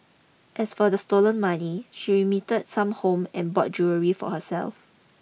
as for the stolen money she remitted some home and bought jewellery for herself